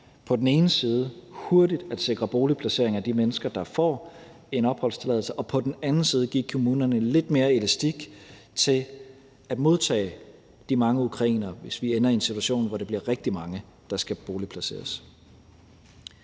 på den ene side hurtigt at sikre boligplacering af de mennesker, der får en opholdstilladelse, og på den anden side give kommunerne lidt mere elastik til at modtage de mange ukrainere, hvis vi ender i en situation, hvor det bliver rigtig mange, der skal boligplaceres.